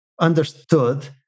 understood